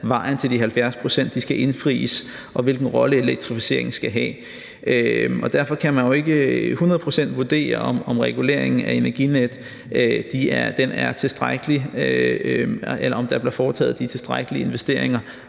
vejen til de 70 pct. skal indfries, og hvilken rolle elektrificeringen skal have. Derfor kan man jo ikke hundrede procent vurdere, om reguleringen af Energinet er tilstrækkelig, eller om der bliver foretaget de tilstrækkelige investeringer